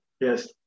Yes